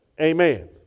Amen